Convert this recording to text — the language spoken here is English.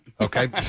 Okay